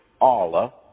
Allah